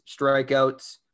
strikeouts